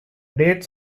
dates